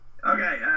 Okay